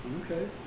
Okay